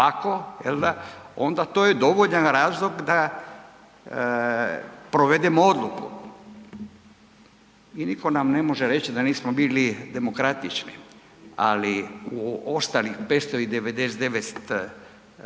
onda to je dovoljan razloga da provedemo odluku i nitko nam ne može reći da nismo bili demokratični. Ali u ostalih 599